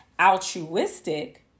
Altruistic